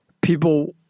People